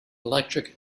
electric